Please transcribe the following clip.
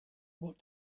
what